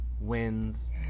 wins